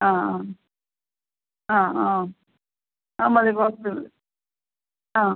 ആ അ ആ അ ആ മതി കുറച്ച് മതി അ